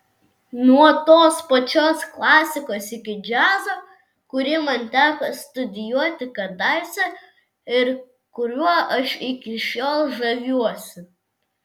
nuo tos pačios klasikos iki džiazo kurį man teko studijuoti kadaise ir kuriuo aš iki šiol žaviuosi